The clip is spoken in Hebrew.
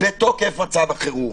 בתוקף מצב החירום.